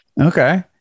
Okay